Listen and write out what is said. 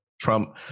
Trump